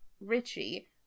Richie